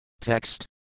Text